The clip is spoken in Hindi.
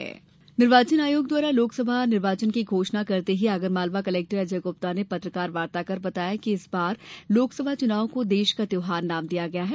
चुनाव तैयारी निर्वाचन आयोग द्वारा लोकसभा चुनाव की घोषणा करते ही आगरमालवा कलेक्टर अजय गुप्ता ने कल पत्रकार वार्ता कर बताया कि इसे बार लोकसभा चुनाव को देश का त्यौहार नाम दिया गया है